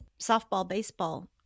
softball-baseball